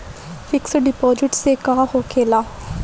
Fix deposit से का होखे ला?